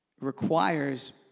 requires